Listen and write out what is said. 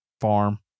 farm